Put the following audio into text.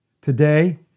today